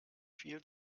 viel